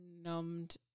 numbed